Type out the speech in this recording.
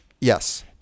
Yes